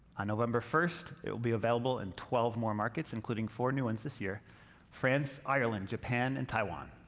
on november first, it will be available in twelve more markets including four new ones this year france, ireland, japan, and taiwan.